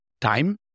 time